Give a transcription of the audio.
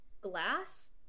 glass